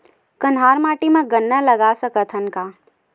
कन्हार माटी म गन्ना लगय सकथ न का?